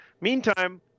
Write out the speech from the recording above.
Meantime